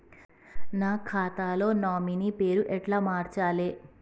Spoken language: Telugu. నా ఖాతా లో నామినీ పేరు ఎట్ల మార్చాలే?